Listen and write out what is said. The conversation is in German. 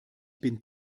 bin